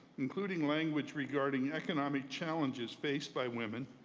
including language regarding economic challenges faced by women,